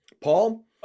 Paul